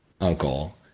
uncle